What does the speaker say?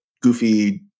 goofy